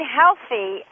healthy